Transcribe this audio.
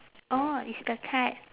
oh it's the card